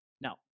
Now